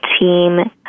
team